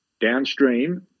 downstream